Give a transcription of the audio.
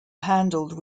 handled